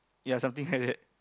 ya something like that